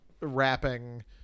wrapping